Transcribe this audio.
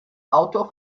autor